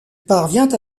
parvient